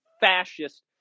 fascist